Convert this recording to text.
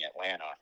Atlanta